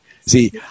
see